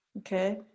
Okay